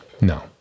No